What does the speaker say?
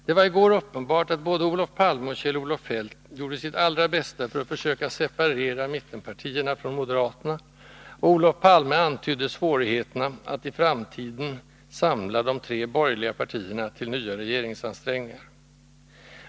Det var i går uppenbart att både Olof Palme och Kjell-Olof Feldt gjorde sitt allra bästa för att försöka separera mittenpartierna från moderaterna, och Olof Palme antydde svårigheterna att i framtiden samla de tre borgerliga partierna till nya regeringsansträngningar.